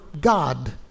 God